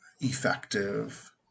effective